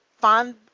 find